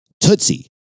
Tootsie